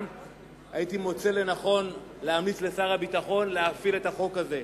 הייתי מוצא לנכון להמליץ לשר הביטחון להפעיל אותו: